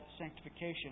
sanctification